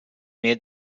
made